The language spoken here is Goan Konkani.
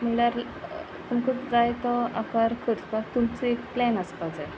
म्हणल्यार तुमकां जाय तो आकार करचपाक तुमचो एक प्लॅन आसपा जाय